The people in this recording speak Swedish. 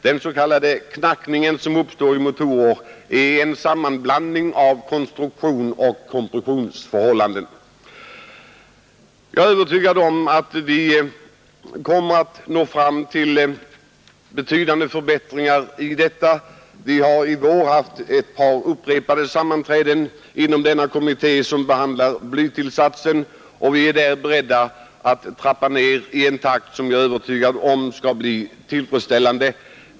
Den s.k. knackningen som uppstår i motorn beror på en kombination av konstruktionsoch kompressionsförhållanden. Jag är övertygad om att vi kommer att nå fram till betydande förbättringar i detta avseende. Vi hade i våras ett par sammanträden inom denna kommitté som behandlar blytillsatsen. Vi är där beredda att trappa ner i en takt som — det är jag övertygad om — skall bli tillfredsställande.